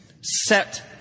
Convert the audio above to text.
set